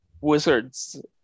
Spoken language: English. Wizards